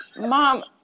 Mom